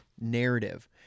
narrative